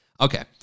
Okay